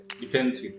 Depends